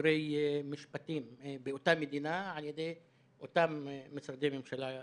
לבוגרי משפטים באותה מדינה על-ידי אותם משרדי ממשלה כמעט.